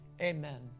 amen